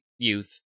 youth